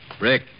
Rick